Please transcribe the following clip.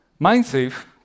Mindsafe